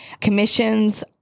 commissions